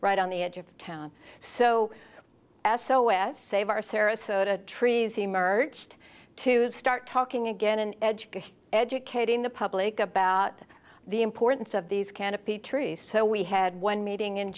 right on the edge of town so s o s save our sarasota trees emerged to start talking again an edge educating the public about the importance of these canopy trees so we had one meeting in